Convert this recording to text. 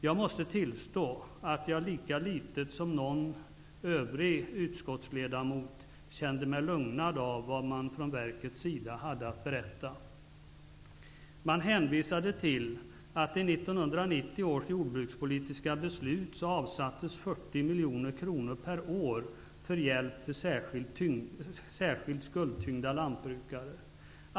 Jag måste tillstå att jag, lika litet som någon övrig utskottsledamot, kände mig lugnad av vad man från verkets sida hade att berätta. Man hänvisade till att det i 1990 års jordbrukspolitiska beslut avsattes 40 miljoner kronor per år för hjälp till särskilt skuldtyngda lantbrukare.